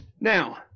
now